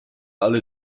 alle